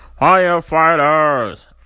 firefighters